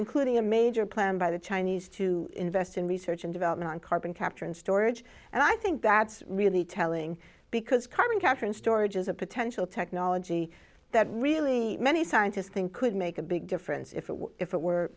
including a major plan by the chinese to invest in research and development on carbon capture and storage and i think that's really telling because carbon capture and storage is a potential technology that really many scientists think could make a big difference if it if it were